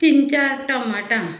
तीन चार टमाटां